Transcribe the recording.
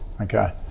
okay